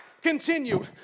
continue